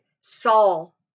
saul